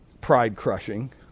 pride-crushing